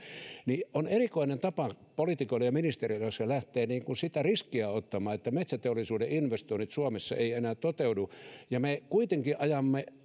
on erikoinen tapa poliitikoilla ja ministeriöillä jos he lähtevät sitä riskiä ottamaan että metsäteollisuuden investoinnit suomessa eivät enää toteudu me kuitenkin